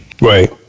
Right